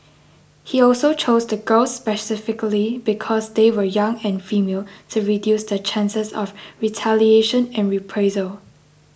he also chose the girls specifically because they were young and female to reduce the chances of retaliation and reprisal